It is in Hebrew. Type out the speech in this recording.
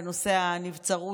בנושא הנבצרות,